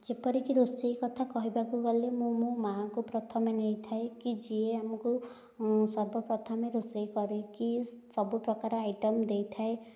ଯେପରିକି ରୋଷେଇ କଥା କହିବାକୁ ଗଲେ ମୁଁ ମୋ ମାଙ୍କୁ ପ୍ରଥମେ ନେଇଥାଏ କି ଯିଏ ଆମକୁ ସର୍ବପ୍ରଥମେ ରୋଷେଇ କରିକି ସବୁ ପ୍ରକାର ଆଇଟମ୍ ଦେଇଥାଏ